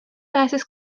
pääses